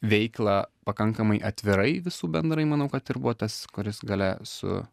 veiklą pakankamai atvirai visų bendrai manau kad ir buvo tas kuris gale su